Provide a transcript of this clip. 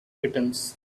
kittens